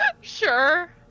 Sure